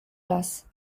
las